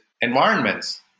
environments